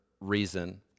reason